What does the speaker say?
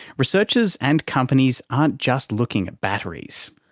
researchers and companies aren't just looking at batteries.